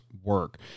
work